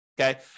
Okay